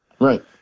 Right